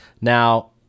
Now